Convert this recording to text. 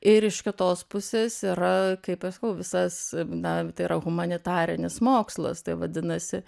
ir iš kitos pusės yra kaip aš sakau visas na tai yra humanitarinis mokslas tai vadinasi